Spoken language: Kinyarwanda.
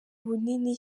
bunini